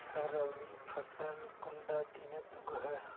रवि फसल कुंडा दिनोत उगैहे?